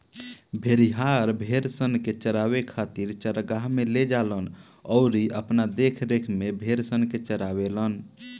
भेड़िहार, भेड़सन के चरावे खातिर चरागाह में ले जालन अउरी अपना देखरेख में भेड़सन के चारावेलन